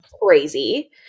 crazy